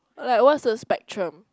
like what's the spectrum